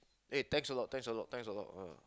eh thanks a lot thanks a lot thanks a lot ah